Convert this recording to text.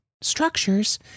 structures